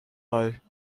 but